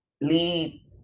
lead